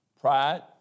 Pride